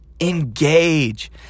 engage